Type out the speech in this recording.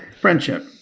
friendship